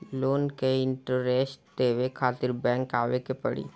Loan के interest देवे खातिर बैंक आवे के पड़ी?